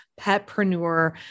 petpreneur